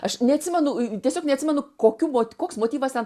aš neatsimenu tiesiog neatsimenu kokiu mot koks motyvas ten